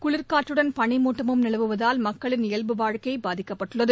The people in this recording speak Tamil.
குளிர் காற்றுடன் பனிமூட்டமும் நிலவுவதால் மக்களின் இயல்பு வாழ்க்கைபாதிக்கப்பட்டுள்ளது